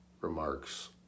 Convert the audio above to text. remarks